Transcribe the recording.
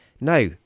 Now